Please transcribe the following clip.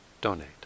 donate